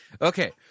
okay